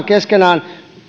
keskenään